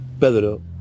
Pedro